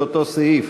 לאותו סעיף.